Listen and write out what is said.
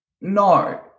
No